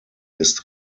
ist